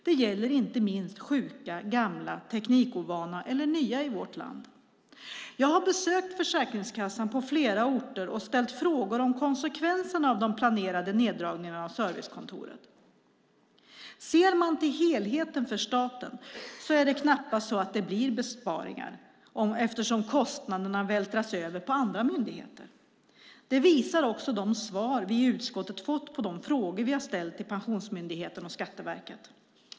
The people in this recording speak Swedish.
Det gäller inte minst sjuka, gamla, teknikovana eller nya i vårt land. Jag har besökt Försäkringskassan på flera orter och ställt frågor om konsekvenserna av de planerade neddragningarna av servicekontoren. Ser man till helheten för staten stämmer det knappast att det blir besparingar eftersom kostnaderna vältras över på andra myndigheter. Det visar också de svar som vi i utskottet har fått på de frågor vi ställt till Pensionsmyndigheten och Skatteverket.